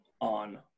on